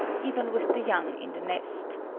even with the young in the nest.